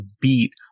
beat